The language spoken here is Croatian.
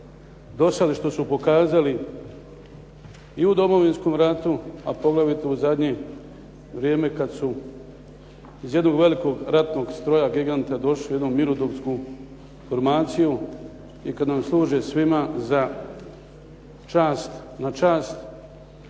do sad što su pokazali i u Domovinskom ratu, a poglavito u zadnje vrijeme kad su iz jednog velikog ratnog stroja, giganta došli u jednu mirnodopsku formaciju i kad nam služe svima na čast